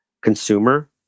consumer